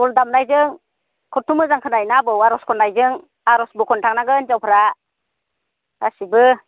दल दामनायजों खथ मोजां खोनायोना आबौ आर'ज खननायजों अर'जबो खननो थांनांगोन हिनजावफ्रा गासिबो